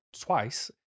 twice